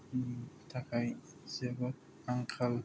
नि थाखाय जोबोद आंखाल